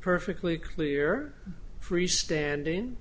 perfectly clear freestanding